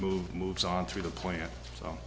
move moves on through the plant so